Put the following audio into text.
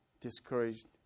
discouraged